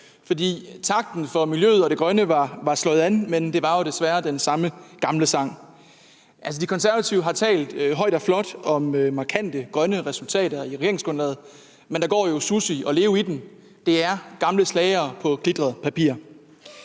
for takten for miljøet og det grønne var slået an, men det var desværre den samme gamle sang. De Konservative har talt højt og flot om markante grønne resultater i regeringsgrundlaget, men der går jo Sussi og Leo i den. Det er gamle slagere på glittet papir.